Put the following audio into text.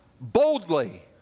boldly